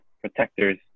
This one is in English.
protectors